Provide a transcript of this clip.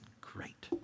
great